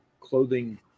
clothing